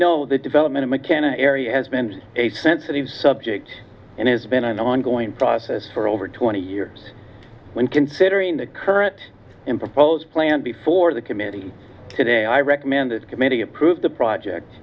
know the development of mckenna area has been a sensitive subject and has been an ongoing process for over twenty years when considering the current and proposed plan before the committee today i recommend that committee approve the project